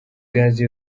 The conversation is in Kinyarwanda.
gazi